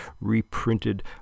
Reprinted